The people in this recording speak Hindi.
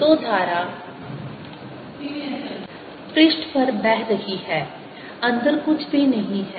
तो धारा पृष्ठ पर बह रही है अंदर कुछ भी नहीं है